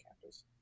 campus